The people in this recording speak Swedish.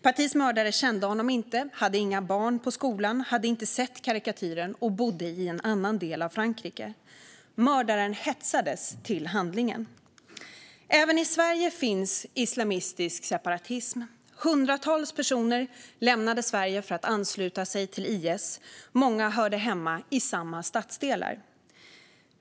Patys mördare kände honom inte, hade inga barn på skolan, hade inte sett karikatyren och bodde i en annan del av Frankrike. Mördaren hetsades till handlingen. Även i Sverige finns islamistisk separatism. Hundratals personer lämnade Sverige för att ansluta sig till IS, och många hörde hemma i samma stadsdelar.